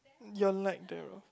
you're like the